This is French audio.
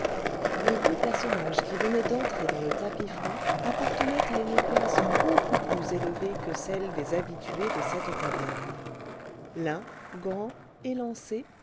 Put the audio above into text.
les deux personnages qui venaient d'entrer dans le tapis franc appartenaient à une classe beaucoup plus élevée que celle des habitués de cette taverne l'un grand élancé